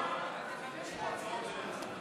גזענות והדרת נשים במוסדות חינוך ממלכתיים),